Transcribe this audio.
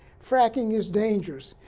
fracking is dangerous.